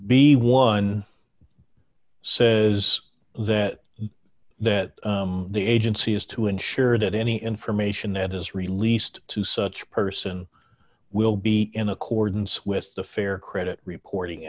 the one says that that the agency is to ensure that any information that is released to such person will be in accordance with the fair credit reporting